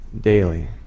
daily